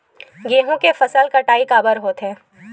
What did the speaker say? गेहूं के फसल कटाई काबर होथे?